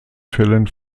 fällen